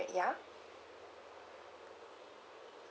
ya